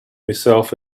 myself